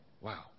Wow